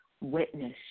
witness